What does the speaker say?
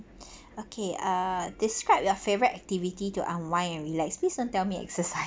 okay uh describe your favorite activity to unwind and relax please don't tell me exercise